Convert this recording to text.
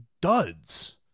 duds